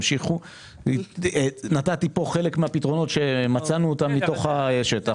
נתתי פה חלק מהפתרונות שמצאנו מהשטח,